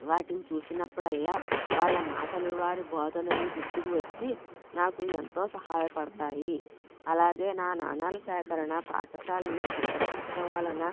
వాటిని చూసినప్పుడల్లా వాళ్ళ మాటలు వారి బోధనలు గుర్తుకు వచ్చి నాకు ఎంతో సహాయ పడతాయి అలాగే నా నాణాల సేకరణ పాఠశాలలో ప్రదర్శించడం వలన